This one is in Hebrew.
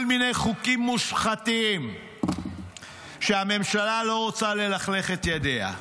כל מיני חוקים מושחתים שהממשלה לא רוצה ללכלך בהם את ידיה.